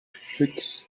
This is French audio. fuchs